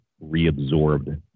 reabsorbed